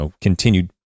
continued